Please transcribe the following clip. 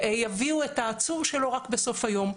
יביאו את העצור שלו רק בסוף היום.